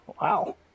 Wow